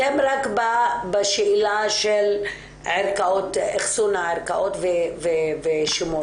אתם רק בשאלה של אכסון הערכאות ושימורם.